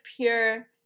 pure